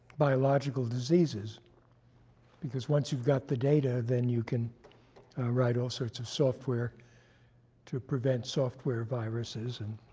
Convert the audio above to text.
biological diseases because once you've got the data, then you can write all sorts of software to prevent software viruses, and